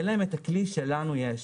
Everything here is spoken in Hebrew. אין להם הכלי שלנו יש.